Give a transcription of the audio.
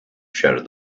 shouted